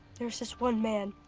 there's there's one man,